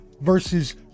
versus